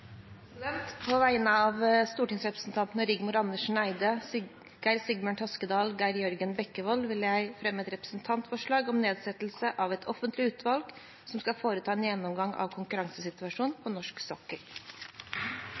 På vegne av stortingsrepresentantene Rigmor Andersen Eide, Geir Sigbjørn Toskedal, Geir Jørgen Bekkevold og meg selv vil jeg fremme et representantforslag om nedsettelse av et offentlig utvalg som skal foreta en gjennomgang av konkurransesituasjonen på norsk sokkel.